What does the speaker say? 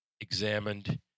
examined